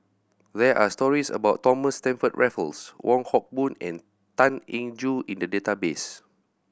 there are stories about Thomas Stamford Raffles Wong Hock Boon and Tan Eng Joo in the database